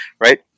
right